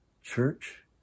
church